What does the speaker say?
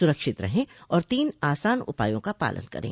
सुरक्षित रहें और तीन आसान उपायों का पालन करें